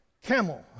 camel